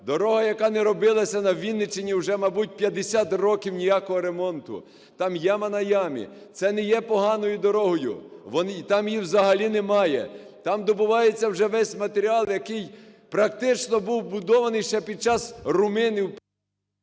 Дорого, яка не робилася на Вінниччині уже мабуть 50 років ніякого ремонту, там яма на ямі. Це не є поганою дорогою, там її взагалі немає. Там добувається вже весь матеріал, який практично був будований ще під час румунів…